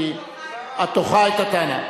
את דוחה את הטענה,